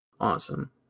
awesome